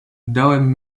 dałem